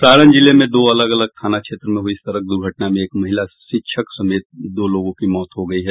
सारण जिले में दो अलग अलग थाना क्षेत्र में हुई सड़क दुर्घटना में एक महिला शिक्षक समेत दो लोगों की मौत हो गई है